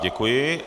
Děkuji.